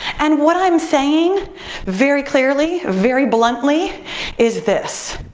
and what i'm saying very clearly, very bluntly is this.